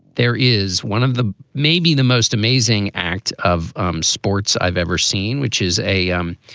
there is one of the maybe the most amazing act of um sports i've ever seen, which is a. um